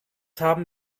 haben